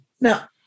Now